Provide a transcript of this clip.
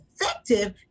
effective